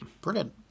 Brilliant